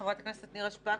חברת הכנסת נירה שפק.